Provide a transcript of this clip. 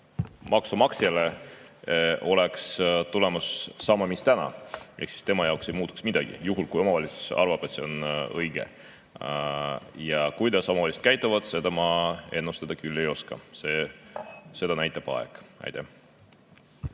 maksumaksjale oleks tulemus sama mis täna ehk siis tema jaoks ei muutuks midagi, juhul kui omavalitsus arvab, et see on õige. Kuidas omavalitsused käituvad, seda ma ennustada küll ei oska, seda näitab aeg. Selle